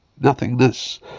nothingness